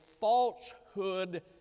falsehood